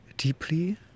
deeply